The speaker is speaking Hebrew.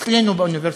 אצלנו באוניברסיטה,